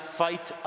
fight